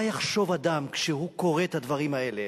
מה יחשוב אדם כשהוא קורא את הדברים האלה